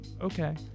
okay